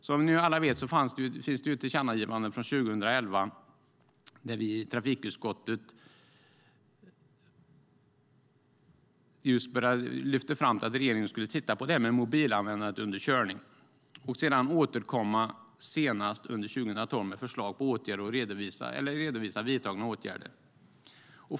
Som vi alla vet gjorde riksdagen ett tillkännagivande 2011. Trafikutskottet lyfte fram att regeringen skulle se över frågan om mobilanvändande under körning och återkomma senast under 2012 med förslag på åtgärder eller redovisa vidtagna åtgärder.